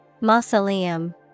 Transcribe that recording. Mausoleum